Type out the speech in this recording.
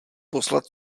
poslat